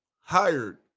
hired